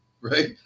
right